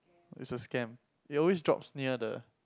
it's a scam it always drops near the